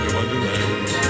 Wonderland